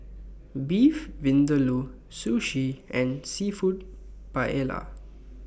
Beef Vindaloo Sushi and Seafood Paella